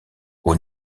aux